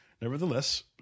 Nevertheless